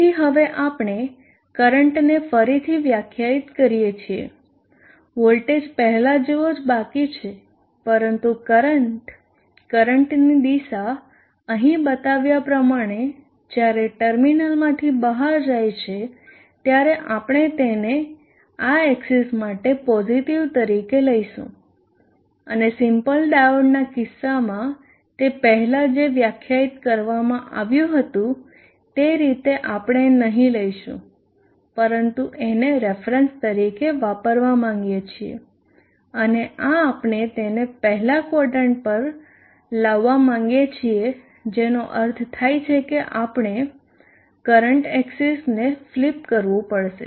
તેથી હવે આપણે કરંટને ફરીથી વ્યાખ્યાયિત કરીએ છીએ વોલ્ટેજ પહેલા જેવો જ બાકી છે પરંતુ કરંટ કરંટની દિશા અહીં બતાવ્યા પ્રમાણે જ્યારે ટર્મિનલ માંથી બહાર જાય છે ત્યારે આપણે તેને આ એક્સીસ માટે પોઝીટીવ તરીકે લઈશું અને સિમ્પલ ડાયોડના કિસ્સામાં તે પહેલાં જે વ્યાખ્યાયિત કરવામાં આવ્યું હતું તે રીતે આપણે નહિ લઈશું પણ આને રેફરન્સ તરીકે વાપરવા માંગીએ છીએ અને આ આપણે તેને પહેલા ક્વોદરન્ટ પર લાવવા માગીએ છીએ જેનો અર્થ થાય કે આપણે કરંટ એકસીસને ફ્લિપ કરવું પડશે